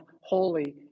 holy